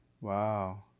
Wow